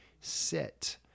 sit